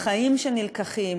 החיים שנלקחים,